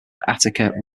attica